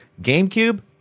GameCube